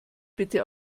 bitte